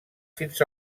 fins